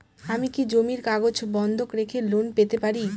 আমি কি জমির কাগজ বন্ধক রেখে লোন পেতে পারি?